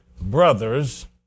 brothers